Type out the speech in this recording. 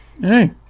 Hey